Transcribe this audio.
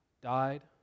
died